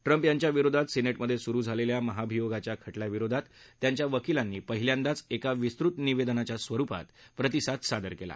Trump यांच्या विरोधात सिनेटमध्ये सुरु झालेल्या महाभियोगाच्या खटल्याविरोधात त्यांच्या वकीलांनी पहिल्यांदाच एका विस्तृत निवेदनाच्या स्वरुपात प्रतिसाद सादर केला